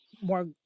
more